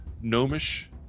gnomish